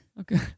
okay